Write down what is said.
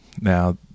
Now